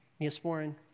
Neosporin